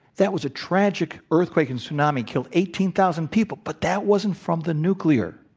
that was a tragic earthquake and tsunami killed eighteen thousand people. but that wasn't from the nuclear.